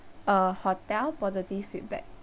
uh hotel positive feedback